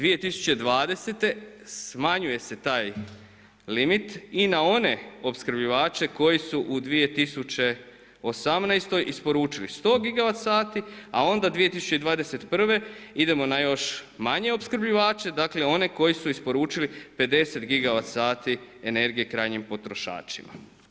2020. smanjuje se taj limit i na one opskrbljivače koji su u 2018. isporučili 100 gigawat sati a onda 2021. idemo na još manje opskrbljivače, dakle, oni koji su isporučili 50 gigawat sati energije krajnjim potrošačima.